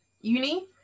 uni